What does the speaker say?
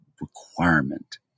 requirement